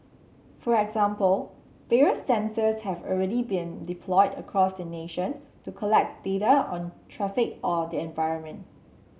for example various sensors have already been deployed across the nation to collect data on traffic or the environment